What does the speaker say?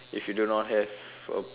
if you do not have a